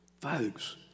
Folks